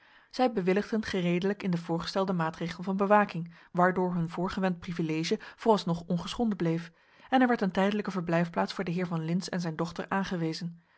zij bewilligden gereedelijk in den voorgestelden maatregel van bewaking waardoor hun voorgewend privilege vooralsnog ongeschonden bleef en er werd een tijdelijke verblijfplaats voor den heer van lintz en zijn dochter aangewezen